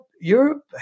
Europe